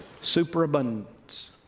Superabundance